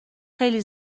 خیلی